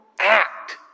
act